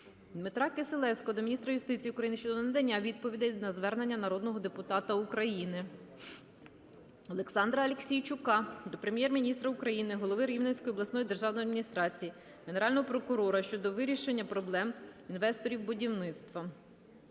Дмитра Кисилевського до міністра юстиції України щодо ненадання відповідей на звернення народного депутата України. Олександра Аліксійчука до Прем'єр-міністра України, голови Рівненської обласної державної адміністрації, Генерального прокурора щодо вирішення проблеми інвесторів будівництва.